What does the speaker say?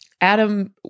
Adam